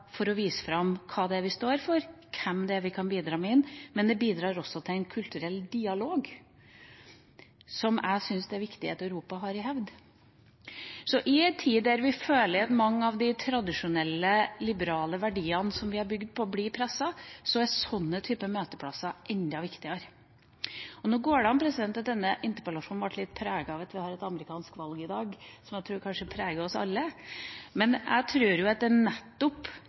å vise hva det er vi står for, og hvem det er vi kan bidra med, men det bidrar også til en kulturell dialog som jeg syns det er viktig at Europa holder i hevd. I en tid da vi føler at mange av de tradisjonelle, liberale verdiene vi har bygd på, blir presset, er slike møteplasser enda viktigere. Nå kan det hende at denne interpellasjonen ble litt preget av at vi har et amerikansk valg i dag, noe jeg kanskje tror preger oss alle, men jeg tror at det er nettopp